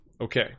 Okay